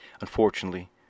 Unfortunately